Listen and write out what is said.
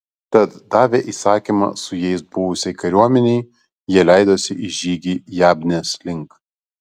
tad davę įsakymą su jais buvusiai kariuomenei jie leidosi į žygį jabnės link